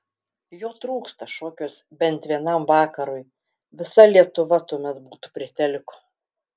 jo trūksta šokiuose bent vienam vakarui visa lietuva tuomet būtų prie teliko